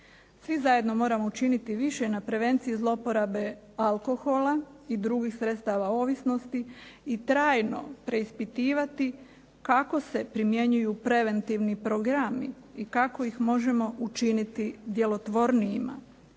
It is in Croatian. Svi zajedno moramo učiniti više na prevenciji zloporabe alkohola i drugih sredstava ovisnosti i trajno preispitivati kako se primjenjuju preventivni programi i kako ih možemo učiniti djelotvornim.